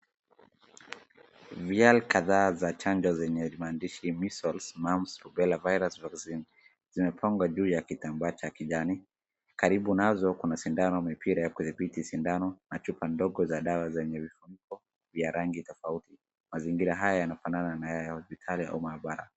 Vial kadhaa za chanjo zenye maandishi measles , mumps , rubella virus vaccine zimepangwa juu ya kitambaa cha kijani. Karibu nazo kuna sindano, mipira ya kudhibiti sindano na chupa ndogo za dawa zenye vifuniko vya rangi tofauti. Mazingira haya yanafanana na ya hospitali au maabara.